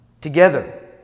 together